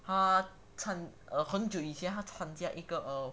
他很久以前参加一个 err